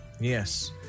Yes